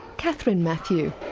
kathryn matthew.